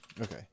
okay